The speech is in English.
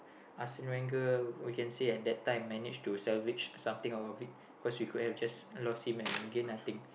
Arsene-Wenger we can say at that time managed to salvage something out of it cos we could have just lost him and gained nothing